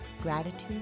Gratitude